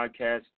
podcast